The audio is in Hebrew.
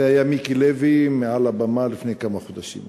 זה היה מיקי לוי מעל הבמה לפני כמה חודשים.